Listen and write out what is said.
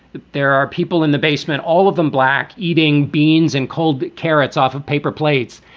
there are people in the basement, all of them black eating beans and cold carrots off of paper plates.